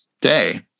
day